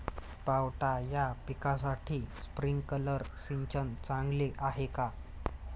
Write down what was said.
पावटा या पिकासाठी स्प्रिंकलर सिंचन चांगले आहे का?